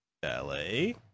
ballet